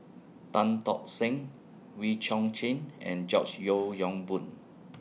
Tan Tock Seng Wee Chong Jin and George Yeo Yong Boon